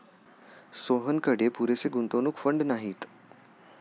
सोहनकडे पुरेसे गुंतवणूक फंड नाहीत